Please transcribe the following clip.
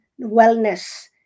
wellness